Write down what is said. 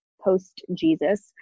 post-Jesus